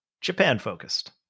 Japan-focused